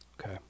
okay